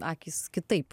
akys kitaip